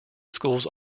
schools